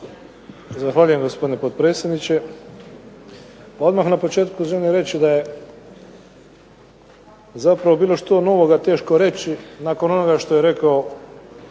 Zahvaljujem gospodine potpredsjedniče. Odmah na početku želim reći da je zapravo bilo što novoga teško reći, nakon onoga što je rekao